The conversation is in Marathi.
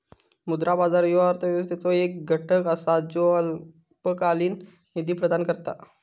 मुद्रा बाजार ह्यो अर्थव्यवस्थेचो एक घटक असा ज्यो अल्पकालीन निधी प्रदान करता